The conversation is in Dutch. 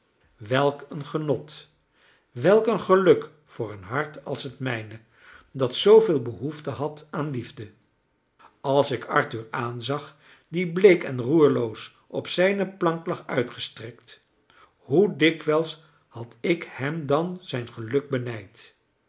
welk een genot welk een geluk voor een hart als het mijne dat zooveel behoefte had aan liefde als ik arthur aanzag die bleek en roerloos op zijne plank lag uitgestrekt hoe dikwijls had ik hem dan zijn geluk benijd